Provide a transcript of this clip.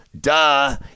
duh